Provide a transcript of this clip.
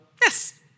yes